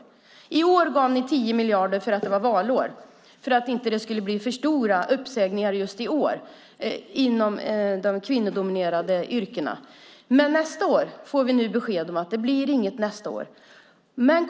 För i år gav ni 10 miljarder för att det är valår och för att det inte ska bli för stora uppsägningar just i år inom de kvinnodominerade yrkena. Men vi får nu besked om att det nästa år inte blir några ytterligare pengar.